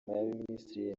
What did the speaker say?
y’abaminisitiri